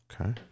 Okay